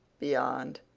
beyond,